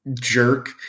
Jerk